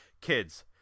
Kids